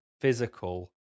physical